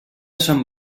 sant